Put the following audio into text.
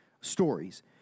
stories